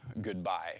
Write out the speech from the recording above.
goodbye